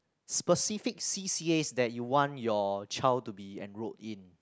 specific C_A_As that you want your child to be enrolled in